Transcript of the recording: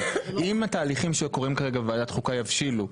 אם התהליכים שקורים כרגע בוועדת חוקה יבשילו,